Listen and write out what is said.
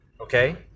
okay